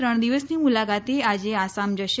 ત્રણ દિવસની મુલાકાતે આજે આસામ જશે